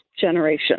generation